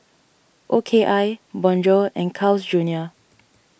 O K I Bonjour and Carl's Junior